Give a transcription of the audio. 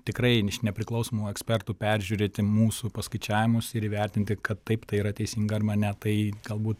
tikrai iš nepriklausomų ekspertų peržiūrėti mūsų paskaičiavimus ir įvertinti kad taip tai yra teisinga arba ne tai galbūt